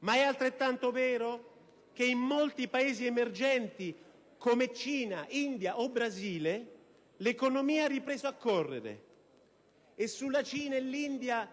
ma è altrettanto vero che in molti Paesi emergenti, come Cina, India o Brasile l'economia ha ripreso a correre. Sulla Cina e l'India